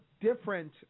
different